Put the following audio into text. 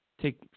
Take